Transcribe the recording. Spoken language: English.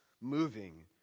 moving